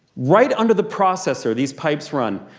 right under the processor, these pipes run,